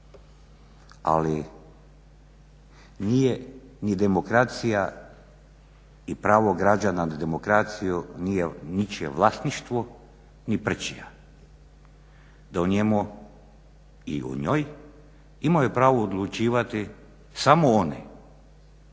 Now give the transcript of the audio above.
ali nije ni demokracija i pravo građana na demokraciju nije ničije vlasništvo ni prčija da u njemu i o njoj imaju pravo odlučivati samo oni